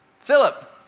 Philip